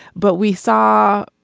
but we saw